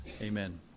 amen